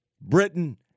Britain